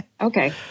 Okay